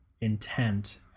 intent